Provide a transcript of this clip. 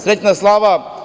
Srećna slava.